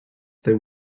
they